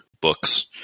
books